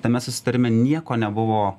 tame susitarime nieko nebuvo